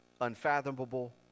unfathomable